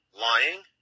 lying